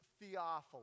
Theophilus